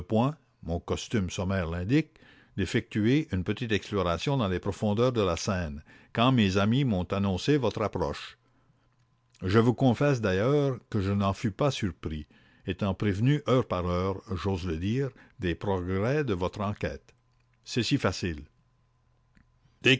mon costume sommaire l'indique d'effectuer une petite exploration dans les profondeurs de la seine quand mes amis m'ont annoncé votre approche je vous confesse d'ailleurs que je n'en fus pas surpris étant prévenu heure par heure j'ose le dire des progrès de votre enquête c'est si facile